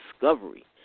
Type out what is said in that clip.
discovery